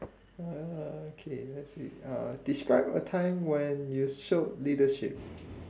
uh K let's see uh describe a time when you showed leadership